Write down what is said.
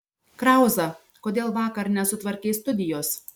krauza kodėl vakar nesutvarkei studijos